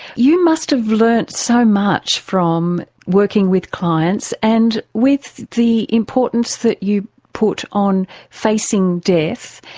you must have learnt so much from working with clients and with the importance that you put on facing death.